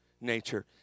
nature